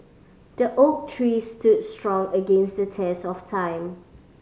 the oak tree stood strong against the test of time